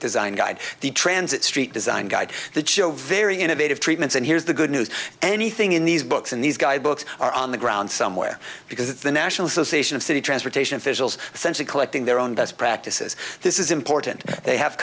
design guide the transit street design guide that show very innovative treatments and here's the good news anything in these books and these guide books are on the ground somewhere because the national association of city transportation officials essentially collecting their own best practices this is important they have